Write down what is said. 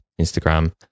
instagram